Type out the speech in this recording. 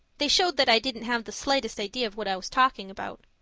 they showed that i didn't have the slightest idea of what i was talking about.